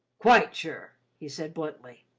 quite sure, he said bluntly.